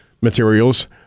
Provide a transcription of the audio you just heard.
materials